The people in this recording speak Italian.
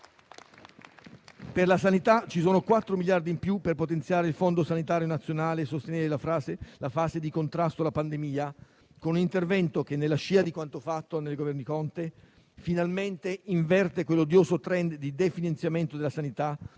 Per la sanità ci sono 4 miliardi in più per potenziare il Fondo sanitario nazionale e sostenere la fase di contrasto alla pandemia con un intervento che, nella scia di quanto fatto dai Governi Conte, finalmente inverte quell'odioso *trend* di definanziamento della sanità